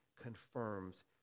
confirms